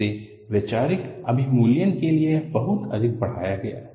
इसे वैचारिक अभिमुल्यन के लिए बहुत अधिक बढ़ाया गया है